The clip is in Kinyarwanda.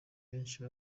benshi